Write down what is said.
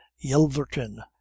Yelverton